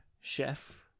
chef